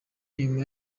nyuma